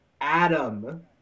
adam